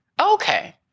Okay